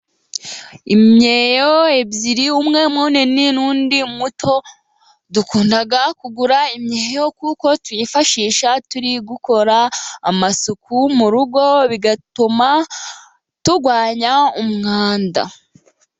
Imyeyo ebyiri umwe munini n'undi muto, dukunda kugura imyeyo kuko tuyifashisha turi gukora amasuku mu rugo, bigatuma turwanya umwanda.